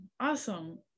Awesome